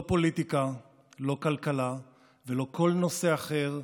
לא פוליטיקה, לא כלכלה ולא כל נושא אחר,